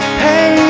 hey